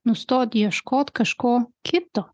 nustot ieškot kažko kito